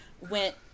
went